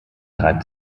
reibt